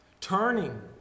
Turning